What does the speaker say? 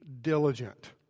diligent